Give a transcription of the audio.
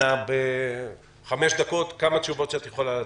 אנא בחמש דקות תעני על כמה תשובות שאתה יכולה.